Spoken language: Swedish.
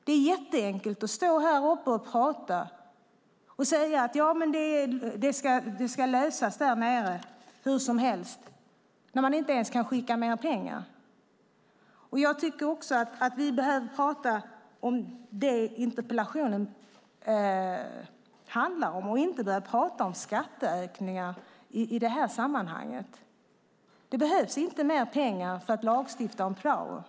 Det är enkelt att stå här och prata och säga att det hela hur som helst ska lösas ute i skolorna när man inte ens kan skicka mer pengar. Vi behöver också tala om det som interpellationen handlar om i stället för att tala om skatteökningar. Det behövs inte mer pengar för att lagstifta om prao.